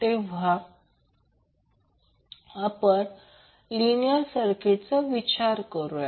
आता परत आपण लिनियर सर्किटचा विचार करूया